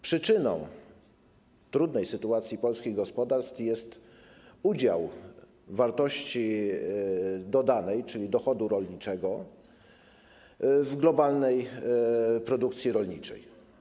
Przyczyną trudnej sytuacji polskich gospodarstw jest udział wartości dodanej, czyli dochodu rolniczego, w globalnej produkcji rolniczej.